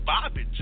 Bobby